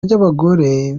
ry’abagore